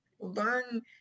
learn